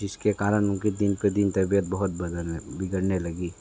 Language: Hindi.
जिसके कारण उनके दिन पे दिन तबियत बहुत बदलने बिगड़ने लगी